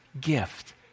gift